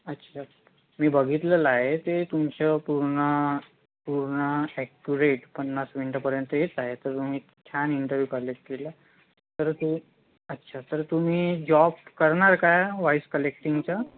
अच्छा अच्छा मी बघितलेला आहे ते तुमचं पूर्ण पूर्ण ॲक्युरेट पन्नास मिनटं पर्यंत येत आहे तर तुम्ही छान इंटरव्यू कलेक्ट केला आहे तर ते अच्छा तर तुम्ही जॉब करणार का वाईस कलेक्टींगचा